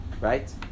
right